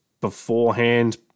beforehand